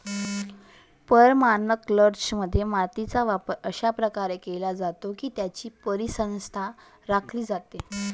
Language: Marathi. परमाकल्चरमध्ये, मातीचा वापर अशा प्रकारे केला जातो की त्याची परिसंस्था राखली जाते